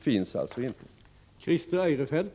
Betalar t.ex. RPS-konsult sociala avgifter?